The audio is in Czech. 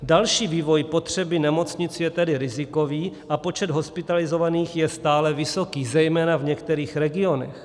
Další vývoj potřeby nemocnic je tedy rizikový a počet hospitalizovaných je stále vysoký, zejména v některých regionech.